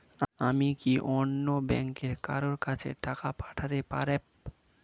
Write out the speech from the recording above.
আমি কি অন্য ব্যাংকের কারো কাছে টাকা পাঠাতে পারেব?